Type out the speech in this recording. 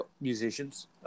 musicians